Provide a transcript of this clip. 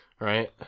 Right